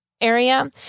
area